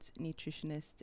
nutritionist